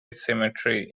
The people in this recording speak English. cemetery